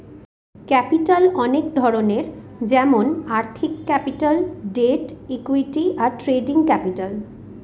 capital অনেক ধরনের যেমন আর্থিক ক্যাপিটাল, ডেট, ইকুইটি, আর ট্রেডিং ক্যাপিটাল